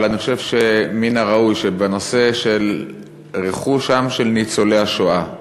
אבל אני חושב שמן הראוי שבנושא של רכושם של ניצולי השואה,